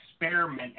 experiment